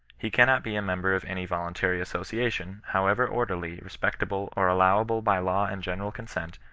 he cannot be a member of any voluntary associa tion, however orderly, respectable, or allowable by law and general consent,